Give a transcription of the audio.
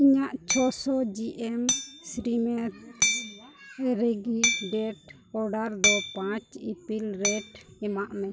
ᱤᱧᱟᱹᱜ ᱪᱷᱚᱥᱚ ᱡᱤ ᱮᱢ ᱥᱨᱤᱢᱮᱛᱥ ᱨᱮᱜᱤ ᱰᱮᱴ ᱚᱰᱟᱨ ᱫᱚ ᱯᱟᱸᱪ ᱤᱯᱤᱞ ᱨᱮᱹᱴ ᱮᱢᱟᱜ ᱢᱮ